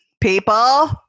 people